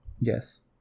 Yes